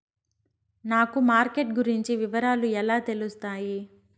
నాకు మార్కెట్ గురించి వివరాలు ఎలా తెలుస్తాయి?